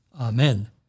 Amen